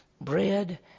bread